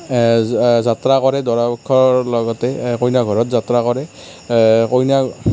যাত্ৰা কৰে দৰা পক্ষৰ লগতে কইনা ঘৰত যাত্ৰা কৰে কইনা